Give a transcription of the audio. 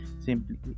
simply